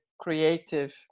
creative